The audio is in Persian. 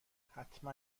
حتما